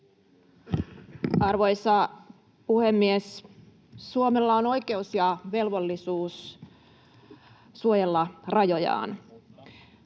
Arvoisa puhemies! Suomella on oikeus ja velvollisuus suojella rajojaan.